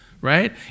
right